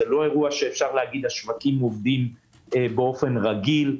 זה לא אירוע שאפשר להגיד שהשווקים עובדים באופן רגיל.